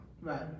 Right